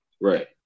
Right